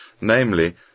namely